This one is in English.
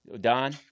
Don